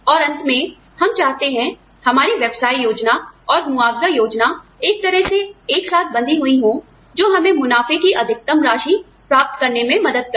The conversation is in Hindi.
औरअंत में हम चाहते हैं हमारी व्यवसाय योजना और मुआवजा योजना एक तरह से एक साथ बंधी हुई हो जो हमें मुनाफे की अधिकतम राशि प्राप्त करने में मदद करें